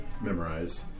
memorized